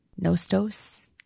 Nostos